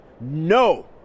No